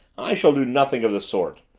i shall do nothing of the sort.